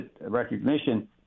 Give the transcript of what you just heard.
recognition